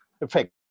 effect